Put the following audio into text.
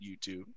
youtube